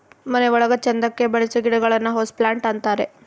ಮನೆ ಒಳಗ ಚಂದಕ್ಕೆ ಬೆಳಿಸೋ ಗಿಡಗಳನ್ನ ಹೌಸ್ ಪ್ಲಾಂಟ್ ಅಂತಾರೆ